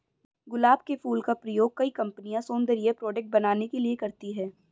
गुलाब के फूल का प्रयोग कई कंपनिया सौन्दर्य प्रोडेक्ट बनाने के लिए करती है